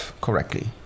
correctly